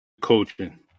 coaching